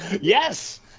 Yes